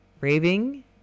raving